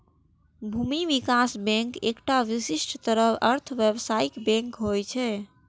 भूमि विकास बैंक एकटा विशिष्ट तरहक अर्ध व्यावसायिक बैंक होइ छै